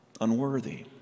unworthy